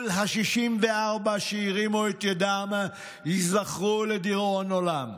כל ה-64 שהרימו את ידם ייזכרו לדיראון עולם.